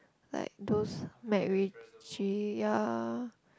like those MacRitchie ya